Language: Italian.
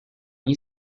gli